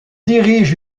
dirige